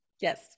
yes